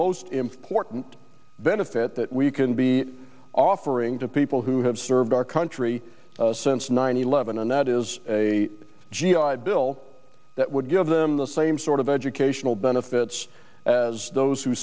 most important benefit that we can be offering to people who have served our country since nine eleven and that is a g i bill that would give them the same sort of educational benefits those who